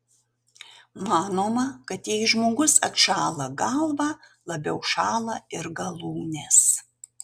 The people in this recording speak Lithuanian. manoma kad jei žmogus atšąla galvą labiau šąla ir galūnės